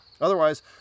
Otherwise